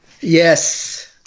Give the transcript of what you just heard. yes